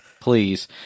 Please